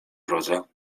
drodze